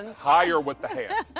higher with the hands.